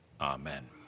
amen